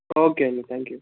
okay అండి thank you